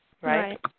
right